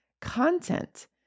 content